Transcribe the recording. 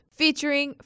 featuring